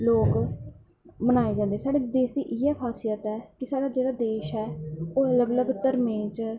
लोग बनाए जंदे साढ़े देश दी इयै खासियत ऐ कि साढ़ा जेह्ड़ा देश ऐ ओह् अलग अलग धर्में च